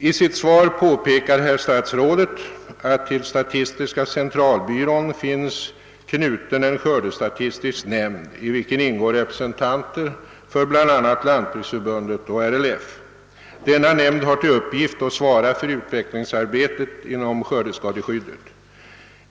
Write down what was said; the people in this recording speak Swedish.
I sitt svar påpekar herr statsrådet, att till statistiska centralbyrån finns knuten en skördestatistisk nämnd i vilken ingår representanter för bl.a. Sveriges lantbruksförbund och RLF. Denna nämnd har till uppgift att svara för utvecklingsarbetet inom skördeskadeskyddet.